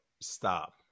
stop